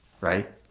right